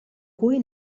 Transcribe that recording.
cui